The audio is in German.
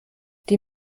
die